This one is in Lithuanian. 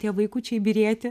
tie vaikučiai byrėti